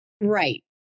right